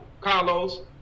Carlos